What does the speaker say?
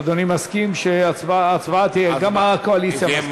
אדוני מסכים שההצבעה תהיה, גם הקואליציה מסכימה.